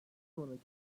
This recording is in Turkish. sonraki